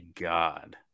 god